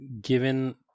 given